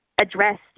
addressed